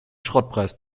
schrottpreis